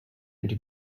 into